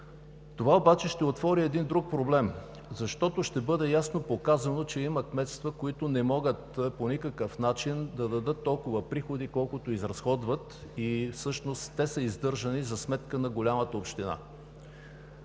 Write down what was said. Това обаче ще отвори един друг проблем, защото ще бъде ясно показано, че има кметства, които не могат по никакъв начин да дадат толкова приходи, колкото изразходват. Всъщност те са издържани за сметка на голямата община.